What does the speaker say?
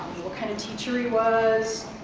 what kind of teacher he was.